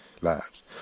lives